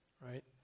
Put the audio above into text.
right